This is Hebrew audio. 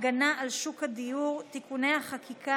(הגנה על שוק הדיור) (תיקוני חקיקה),